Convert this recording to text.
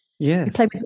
Yes